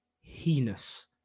heinous